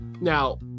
now